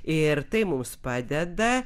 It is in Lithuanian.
ir tai mums padeda